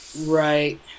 Right